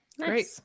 Great